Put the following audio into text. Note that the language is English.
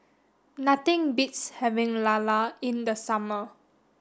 nothing beats having Lala in the summer